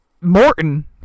Morton